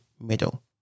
middle